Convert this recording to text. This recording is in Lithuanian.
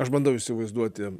aš bandau įsivaizduoti